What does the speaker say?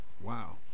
wow